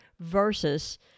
versus